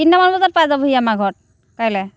তিনিটামান বজাত পাই যাবহি আমাৰ ঘৰত কাইলৈ